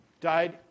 died